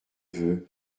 veut